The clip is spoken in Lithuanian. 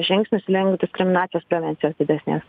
žingsnis link diskriminacijos prevencijos didesnės